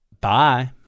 Bye